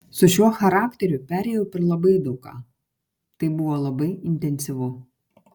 su šiuo charakteriu perėjau per labai daug ką tai buvo labai intensyvu